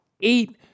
eight